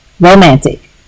romantic